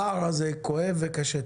הפער הזה כואב וקשה.